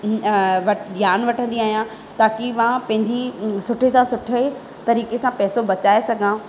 अ ज्ञान वठंदी आहियां ताकी मां पंहिंजी सुठे सां सुठे तरीक़े सां पैसो बचाए सघां